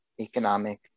Economic